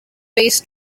bass